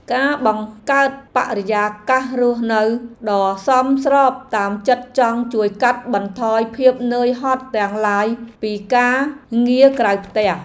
ការបង្កើតបរិយាកាសរស់នៅដ៏សមស្របតាមចិត្តចង់ជួយកាត់បន្ថយភាពនឿយហត់ទាំងឡាយពីការងារក្រៅផ្ទះ។